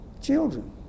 Children